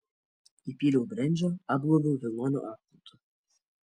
įpyliau brendžio apgaubiau vilnoniu apklotu